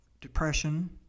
depression